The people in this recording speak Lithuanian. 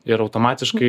ir automatiškai